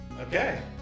Okay